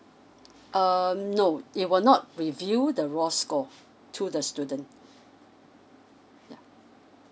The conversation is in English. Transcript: um no it will not reveal the raw score to the student yeah